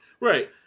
Right